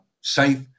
safe